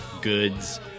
goods